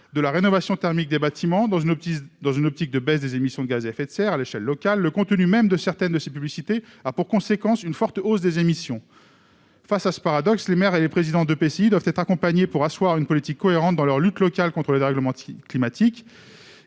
de la rénovation thermique des bâtiments dans une optique de baisse des émissions de gaz à effet de serre à l'échelle locale, le contenu même de certaines de ces publicités a pour conséquence une forte hausse des émissions. Face à ce paradoxe, les maires et les présidents d'EPCI doivent être accompagnés pour asseoir une politique cohérente dans leur lutte locale contre le dérèglement climatique